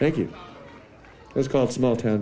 thank you it's called small town